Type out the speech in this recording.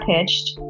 pitched